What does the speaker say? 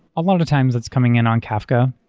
a lot of times it's coming in on kafka.